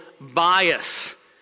bias